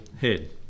head